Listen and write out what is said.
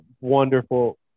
wonderful